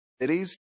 cities